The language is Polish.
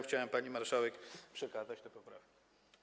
Chciałem pani marszałek przekazać poprawki.